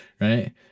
Right